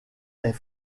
est